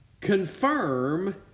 Confirm